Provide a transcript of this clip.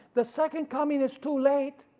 the second coming is too late.